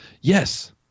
Yes